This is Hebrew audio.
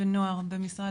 בבקשה, משרד